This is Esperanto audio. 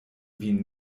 vin